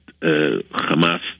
Hamas